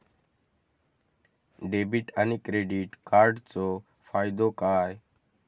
Debit आणि credit कार्डचो फायदो काय?